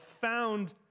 found